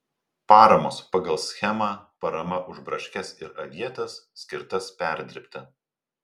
paramos pagal schemą parama už braškes ir avietes skirtas perdirbti